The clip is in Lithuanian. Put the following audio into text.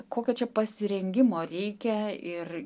kokio čia pasirengimo reikia ir